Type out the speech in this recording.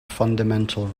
fundamental